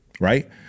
right